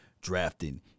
drafting